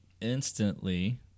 instantly